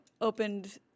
opened